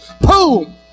boom